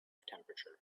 temperature